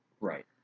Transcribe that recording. Right